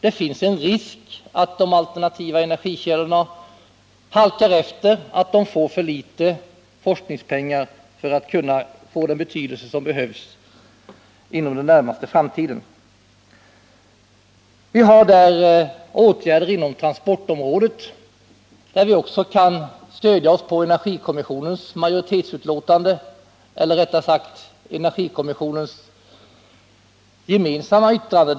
Det finns en risk att de alternativa energikällorna halkar efter, att de tilldelas för litet forskningspengar för att få den betydelse som behövs inom den närmaste framtiden. Vi har åtgärder inom transportområdet, där vi också kan stödja oss på energikommissionens majoritetsutlåtande eller rättare sagt på energikommissionens gemensamma yttrande.